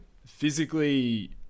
physically